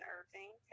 Irving